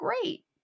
great